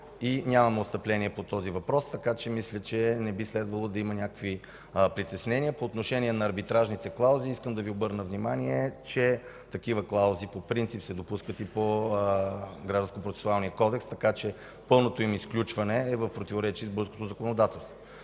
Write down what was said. – нямаме отстъпление по този въпрос. Мисля, че не би следвало да има някакви притеснения. По отношение на арбитражните клаузи искам да Ви обърна внимание, че такива клаузи по принцип се допускат и по Гражданския процесуален кодекс, така че пълното им изключване е в противоречие с българското законодателство.